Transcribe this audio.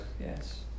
yes